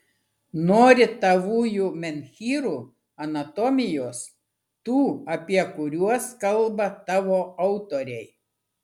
nori tavųjų menhyrų anatomijos tų apie kuriuos kalba tavo autoriai